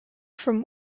from